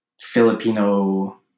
Filipino